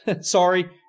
sorry